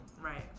right